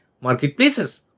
marketplaces